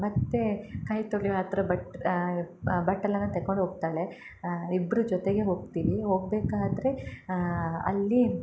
ಮತ್ತು ಕೈ ತೊಳೆಯುವ ಹತ್ರ ಬಟ್ ಬಟ್ಟಲನ್ನ ತೆಕೊಂಡು ಹೋಗ್ತಾಳೆ ಇಬ್ಬರು ಜೊತೆಗೆ ಹೋಗ್ತೀವಿ ಹೋಗ್ಬೇಕಾದರೆ ಅಲ್ಲಿ